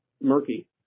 murky